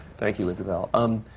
thank you, isabelle. um